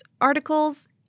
articles